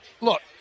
look